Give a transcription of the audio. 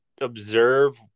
observe